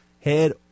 head